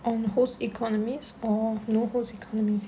on host economics or no host economics